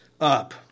up